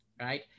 right